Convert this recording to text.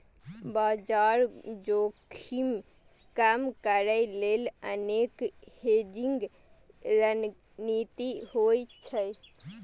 बाजार जोखिम कम करै लेल अनेक हेजिंग रणनीति होइ छै